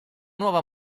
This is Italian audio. nuova